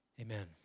Amen